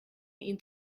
ihn